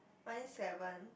mine seven